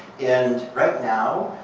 and right now,